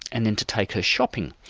and then to take her shopping,